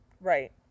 Right